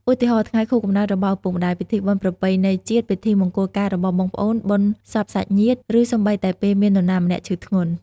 ឧទាហរណ៍ ថ្ងៃខួបកំណើតរបស់ឪពុកម្ដាយ ពិធីបុណ្យប្រពៃណីជាតិ ពិធីមង្គលការរបស់បងប្អូន បុណ្យសពសាច់ញាតិ ឬសូម្បីតែពេលមាននរណាម្នាក់ឈឺធ្ងន់។